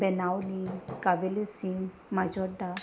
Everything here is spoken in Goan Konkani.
बाणावली कावेलोसीं माजोड्ड्या